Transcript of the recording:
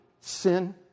sin